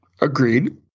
Agreed